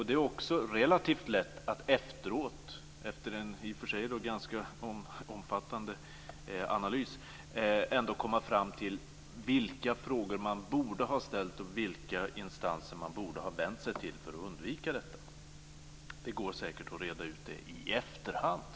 Det är också relativt lätt att efteråt, efter en i och för sig ganska omfattande analys, komma fram till vilka frågor man borde ha ställt och vilka instanser man borde ha vänt sig till för att undvika detta. Det går säkert att reda ut det i efterhand.